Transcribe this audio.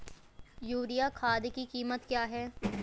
Urea खाद की कीमत क्या है?